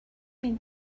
mean